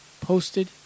posted